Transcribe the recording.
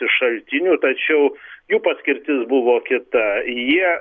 iš šaltinių tačiau jų paskirtis buvo kita jie